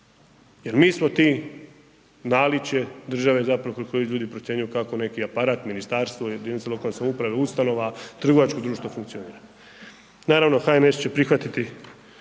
jer mi smo ti, naličje države zapravo preko koji ljudi procjenjuju kako neki aparat, ministarstvo, jedinica lokalne samouprave, ustanova, trgovačko društvo funkcionira. Naravno, HNS će prihvatiti